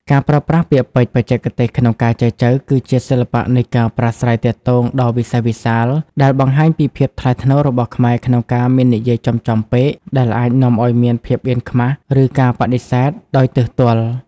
ការប្រើប្រាស់ពាក្យពេចន៍បច្ចេកទេសក្នុងការចែចូវ គឺជាសិល្បៈនៃការប្រាស្រ័យទាក់ទងដ៏វិសេសវិសាល ដែលបង្ហាញពីភាពថ្លៃថ្នូររបស់ខ្មែរក្នុងការមិននិយាយចំៗពេក ដែលអាចនាំឱ្យមានភាពអៀនខ្មាស ឬការបដិសេធដោយទើសទាល់។